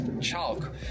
chalk